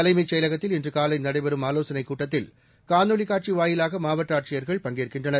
தலைமைச் செயலகத்தில் இன்று காலை நடைபெறும் ஆலோசனைக் கூட்டத்தில் காணொலிக் காட்சி வாயிலாக மாவட்ட ஆட்சியர்கள் பங்கேற்கின்றனர்